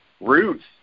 roots